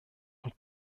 und